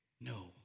No